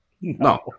No